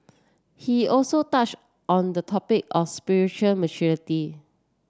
he also touch on the topic of spiritual maturity